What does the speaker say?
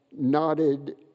nodded